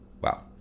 Wow